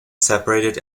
separated